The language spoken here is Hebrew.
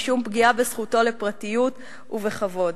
משום פגיעה בזכותו לפרטיות ולכבוד.